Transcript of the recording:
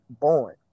born